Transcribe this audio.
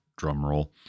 drumroll